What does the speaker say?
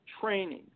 training